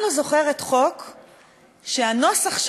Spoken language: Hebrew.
שהנוסח שלו, שהיה בערך שורה,